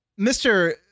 Mr